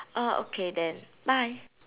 orh okay then bye